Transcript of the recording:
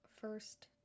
first